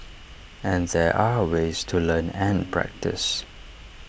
and there are ways to learn and practice